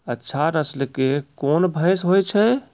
अच्छा नस्ल के कोन भैंस होय छै?